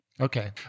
Okay